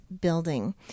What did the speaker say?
building